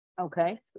Okay